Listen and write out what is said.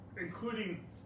Including